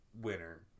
winner